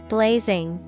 Blazing